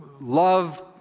love